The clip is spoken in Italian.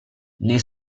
nei